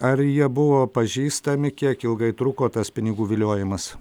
ar jie buvo pažįstami kiek ilgai truko tas pinigų viliojimas